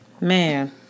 Man